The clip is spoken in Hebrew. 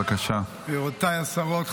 גבירותיי השרות,